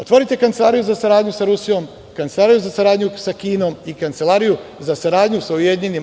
Otvorite kancelariju za saradnju sa Rusijom, kancelariju za saradnju sa Kinom, kancelariju za saradnju sa UAE.